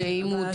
ואם הוא,